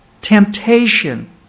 temptation